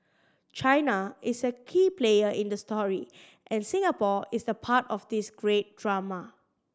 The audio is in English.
China is a key player in the story and Singapore is the part of this great drama